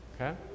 okay